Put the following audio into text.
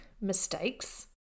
mistakes